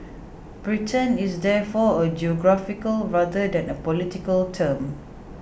Britain is therefore a geographical rather than a political term